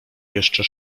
jeszcze